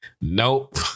Nope